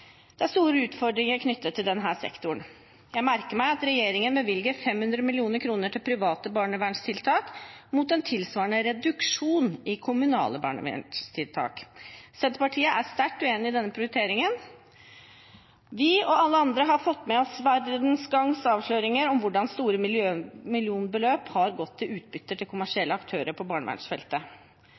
Det er store utfordringer knyttet til denne sektoren. Jeg merker meg at regjeringen bevilger 500 mill. kr til private barnevernstiltak, mot en tilsvarende reduksjon i kommunale barnevernstiltak. Senterpartiet er sterkt uenig i denne prioriteringen. Vi og alle andre har fått med oss VGs avsløringer om hvordan store millionbeløp har gått til utbytte til kommersielle aktører på barnevernsfeltet.